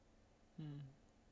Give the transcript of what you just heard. mm